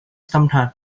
sometimes